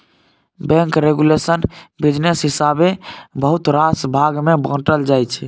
bank regulation business हिसाबेँ बहुत रास भाग मे बाँटल जाइ छै